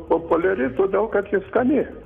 populiari todėl kad ji skani